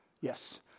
Yes